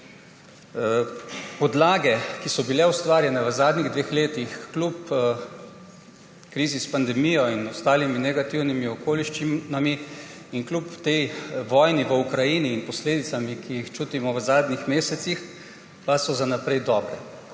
Podlage, ki so bile ustvarjene v zadnjih dveh letih kljub krizi s pandemijo in ostalim negativnim okoliščinam in kljub vojni v Ukrajini in posledicam, ki jih čutimo v zadnjih mesecih, pa so za naprej dobre.